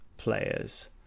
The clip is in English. players